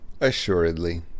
Assuredly